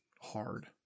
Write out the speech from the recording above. hard